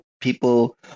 people